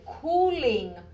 cooling